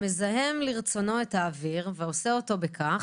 המזהם לרצונו את האוויר ועושה אותו בכך,